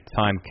time